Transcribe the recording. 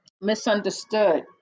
misunderstood